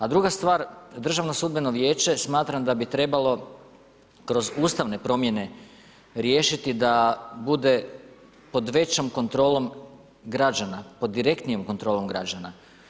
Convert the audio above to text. A druga stvar Državno sudbeno vijeće smatram da bi trebalo kroz ustavne promjene riješiti da bude pod većom kontrolom građana, pod direktnijom kontrolom građana.